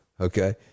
okay